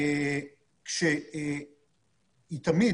אבן הדרך